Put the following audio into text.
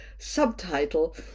subtitle